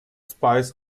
spice